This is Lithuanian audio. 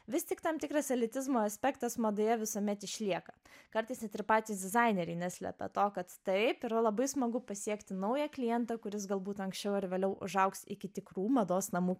vis tik tam tikras elitizmo aspektas madoje visuomet išlieka kartais net ir patys dizaineriai neslepia to kad tai yra labai smagu pasiekti naują klientą kuris galbūt anksčiau ar vėliau užaugs iki tikrų mados namų